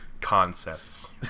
concepts